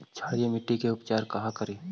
क्षारीय मिट्टी के उपचार कहा करी?